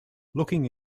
looking